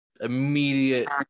immediate